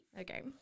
Okay